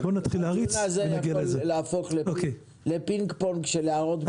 הדיון הזה יכול להפוך לפינג-פונג של הערות ביניים.